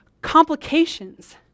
complications